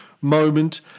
moment